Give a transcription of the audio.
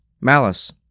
malice